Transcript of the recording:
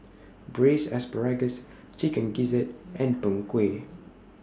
Braised Asparagus Chicken Gizzard and Png Kueh